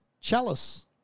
Chalice